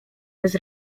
bez